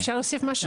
אפשר להוסיף משהו?